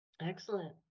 Excellent